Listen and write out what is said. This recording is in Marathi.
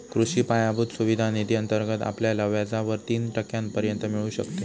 कृषी पायाभूत सुविधा निधी अंतर्गत आपल्याला व्याजावर तीन टक्क्यांपर्यंत मिळू शकते